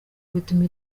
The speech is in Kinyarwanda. bituma